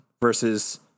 versus